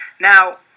Now